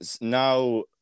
now